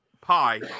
pie